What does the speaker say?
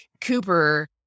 cooper